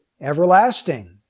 everlasting